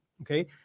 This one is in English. Okay